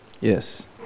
Yes